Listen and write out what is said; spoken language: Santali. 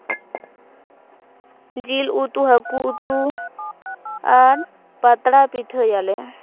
ᱡᱤᱞ ᱩᱛᱩ ᱦᱟᱹᱠᱩ ᱩᱛᱩ ᱟᱨ ᱯᱟᱛᱲᱟ ᱯᱤᱴᱷᱟᱹᱭᱟᱞᱮ